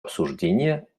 обсуждения